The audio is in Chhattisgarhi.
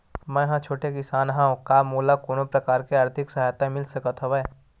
मै ह छोटे किसान हंव का मोला कोनो प्रकार के आर्थिक सहायता मिल सकत हवय?